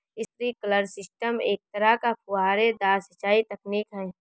sprinkler system एक तरह का फुहारेदार सिंचाई तकनीक है